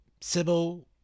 Sybil